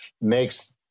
makes